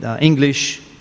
English